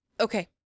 okay